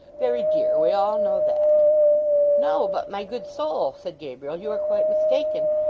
very dear! we all know that no, but my good soul said gabriel, you are quite mistaken.